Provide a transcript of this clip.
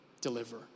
deliver